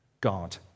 god